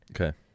okay